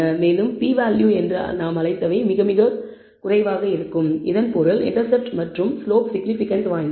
மேலும் p value என்று நாம் அழைத்தவை மிக மிக குறைவாக இருக்கும் இதன் பொருள் இண்டெர்செப்ட் மற்றும் ஸ்லோப் சிக்னிபிகன்ட் வாய்ந்தது